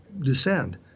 descend